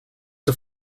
the